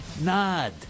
nod